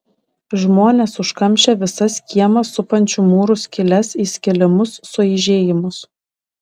žmonės užkamšė visas kiemą supančių mūrų skyles įskilimus suaižėjimus